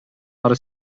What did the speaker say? ары